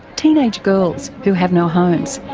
teenage girls who have no home.